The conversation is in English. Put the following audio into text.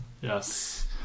yes